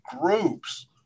groups